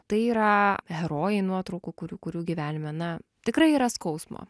tai yra herojai nuotraukų kurių kurių gyvenime na tikrai yra skausmo